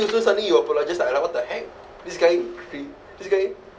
so suddenly you apologise I like what the heck this guy cre~ this guy